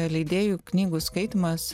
leidėjų knygų skaitymas